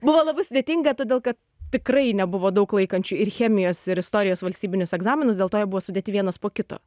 buvo labai sudėtinga todėl kad tikrai nebuvo daug laikančių ir chemijos ir istorijos valstybinius egzaminus dėl to jie buvo sudėti vienas po kito